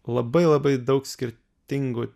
labai labai daug skirtingų